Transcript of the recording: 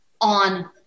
on